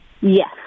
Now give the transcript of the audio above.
Yes